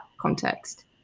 context